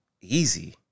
easy